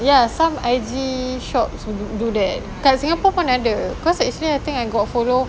ya some I_G shops do that kat singapore pun ada cause actually I think I got follow